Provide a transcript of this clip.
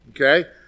Okay